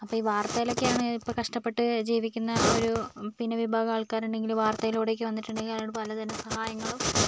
അപ്പോൾ ഈ വാർത്തയിൽ ഒക്കെയാണ് ഇപ്പോൾ കഷ്ടപ്പെട്ട് ജീവിക്കുന്ന ഒരു പിന്നെ വിഭാഗം ആൾക്കാരുണ്ടെങ്കിൽ വാർത്തയിലൂടെ ഒക്കെ വന്നിട്ടുണ്ടെങ്കിൽ പലതരം സഹായങ്ങളും